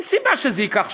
אין סיבה שזה ייקח שנים.